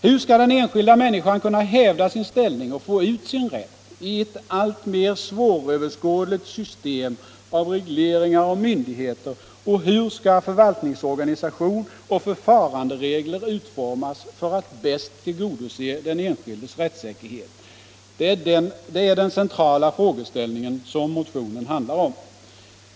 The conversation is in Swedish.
Hur skall den enskilda människan kunna hävda sin ställning och få ut sin rätt i ett alltmer svåröverskådligt system av regleringar och myndigheter och hur skall förvaltningsorganisation och förfaranderegler utformas för att bäst tillgodose den enskildes rättssäkerhet? Det är den centrala frågeställning som motionen handlar om.